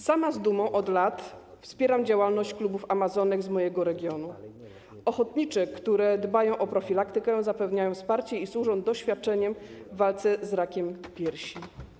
Sama z dumą od lat wspieram działalność klubów „Amazonki” z mojego regionu, działalność amazonek ochotniczek, które dbają o profilaktykę, zapewniają wsparcie i służą doświadczeniem w walce z rakiem piersi.